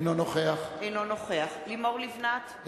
אינו נוכח לימור לבנת,